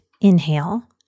inhale